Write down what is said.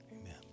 Amen